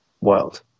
world